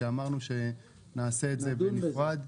שאמרנו שנעשה את זה בנפרד,